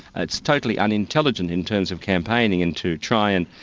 it's totally unintelligent in terms of campaigning and to try and